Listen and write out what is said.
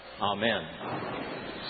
amen